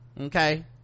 okay